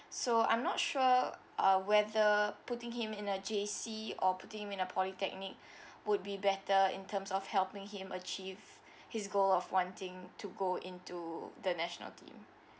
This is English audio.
so I'm not sure uh whether putting him in a J_C or putting him in a polytechnic would be better in terms of helping him achieve his goal of wanting to go in to the national team